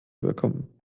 bekommen